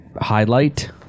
highlight